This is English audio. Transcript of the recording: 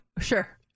Sure